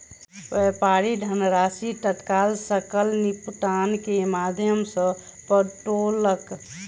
व्यापारी धनराशि तत्काल सकल निपटान के माध्यम सॅ पठौलक